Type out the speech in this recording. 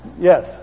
Yes